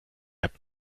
app